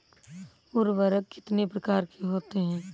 उर्वरक कितनी प्रकार के होता हैं?